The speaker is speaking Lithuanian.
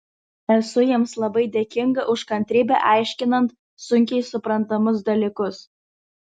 esu jiems labai dėkinga už kantrybę aiškinant sunkiai suprantamus dalykus